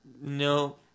no